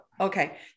Okay